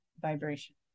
vibration